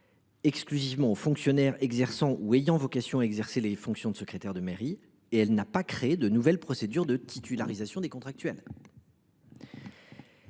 exclusivement aux fonctionnaires exerçant ou ayant vocation à exercer ces fonctions. Elle n’a pas créé de nouvelles procédures de titularisation des contractuels.